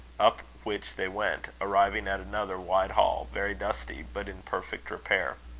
up which they went, arriving at another wide hall, very dusty, but in perfect repair.